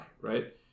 right